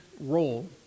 role